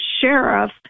sheriff